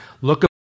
Look